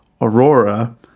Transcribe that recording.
Aurora